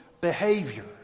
behavior